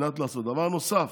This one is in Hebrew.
דבר נוסף,